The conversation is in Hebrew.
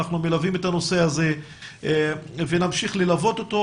אנחנו מלווים את הנושא הזה ונמשיך ללוות אותו,